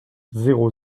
zéro